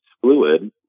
fluid